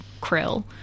krill